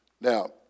Now